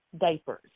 diapers